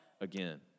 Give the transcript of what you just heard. again